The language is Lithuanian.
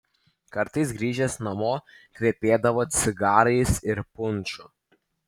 kartais grįžęs namo kvepėdavo cigarais ir punšu